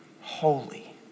holy